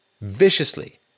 viciously